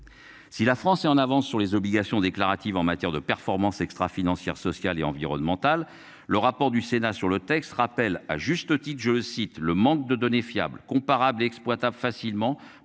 Si la France est en avance sur les obligations déclaratives en matière de performance extra-, financière, sociale et environnementale. Le rapport du Sénat sur le texte rappelle à juste titre je cite le manque de données fiables comparable exploitable facilement